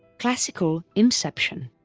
classical inception